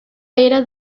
era